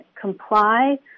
comply